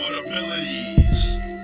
abilities